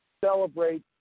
celebrate